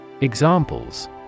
Examples